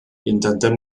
intentem